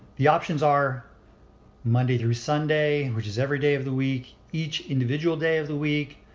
the options are monday through sunday, which is every day of the week. each individual day of the week.